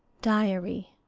diary.